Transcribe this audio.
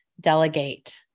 delegate